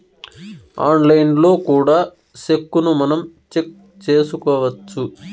ఆన్లైన్లో కూడా సెక్కును మనం చెక్ చేసుకోవచ్చు